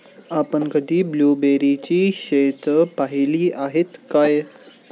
आपण कधी ब्लुबेरीची शेतं पाहीली आहेत काय?